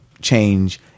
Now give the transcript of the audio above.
change